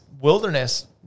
wilderness